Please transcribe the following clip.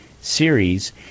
series